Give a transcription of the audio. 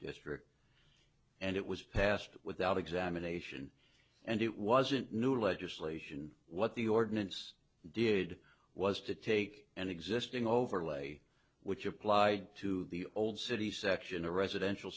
district and it was passed without examination and it wasn't new legislation what the ordinance did was to take an existing overlay which applied to the old city section a residential